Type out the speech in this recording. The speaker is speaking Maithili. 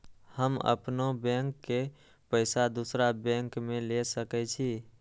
हम अपनों बैंक के पैसा दुसरा बैंक में ले सके छी?